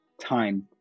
time